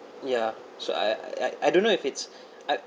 ya so I I I don't know if it's